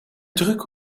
truc